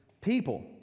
people